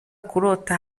kurota